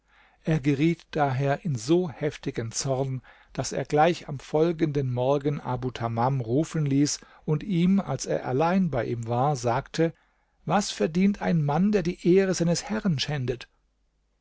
er geriet daher in so heftigen zorn daß er gleich am folgenden morgen abu tamam rufen ließ und ihm als er allein bei ihm war sagte was verdient ein mann der die ehre seines herrn schändet